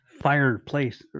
fireplace